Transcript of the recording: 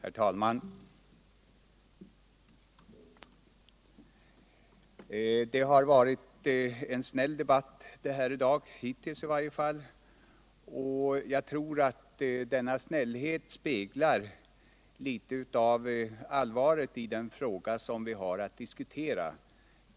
Herr talman! Det har varit en snäll debatt, i varje fall hittills. Jag tror att denna snällhet något speglar allvaret i den fråga som vi har att diskutera.